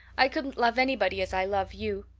i couldn't love anybody as i love you.